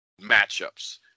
matchups